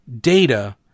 data